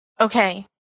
Okay